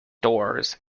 doors